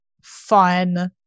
fun